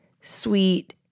sweet